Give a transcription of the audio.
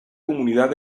comunidad